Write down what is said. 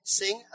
sing